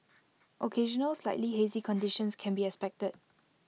occasional slightly hazy conditions can be expected